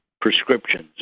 prescriptions